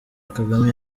kagame